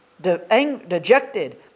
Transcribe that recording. dejected